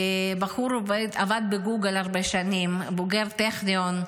הבחור עבד בגוגל הרבה שנים, בוגר הטכניון,